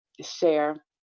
share